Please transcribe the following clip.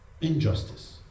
injustice